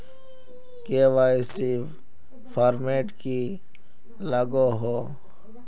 KYC format की लागोहो?